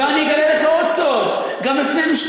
ואני אגלה לך עוד סוד: גם הפנינו 2